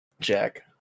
Jack